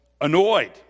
annoyed